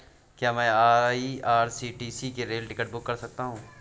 क्या मैं आई.आर.सी.टी.सी से रेल टिकट बुक कर सकता हूँ?